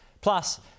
Plus